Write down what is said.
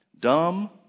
dumb